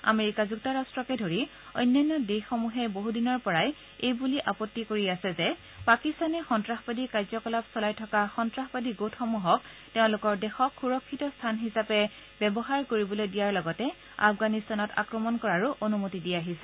America যুক্তৰাট্টকে ধৰি অন্যান্য দেশসমূহে বছদিনৰে পৰা এই বুলি আপত্তি কৰি আছে যে পাকিস্তানে সন্তাসবাদী কাৰ্যকলাপ চলাই থকা সন্তাসবাদী গোটসমূহক তেওঁলোকৰ দেশক সুৰক্ষিত স্থান হিচাপে ব্যৱহাৰ কৰিবলৈ দিয়াৰ লগতে আফগানিস্তানত আক্ৰমণ কৰাৰো অনুমতি দি আহিছে